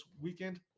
weekend